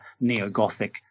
neo-Gothic